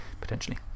potentially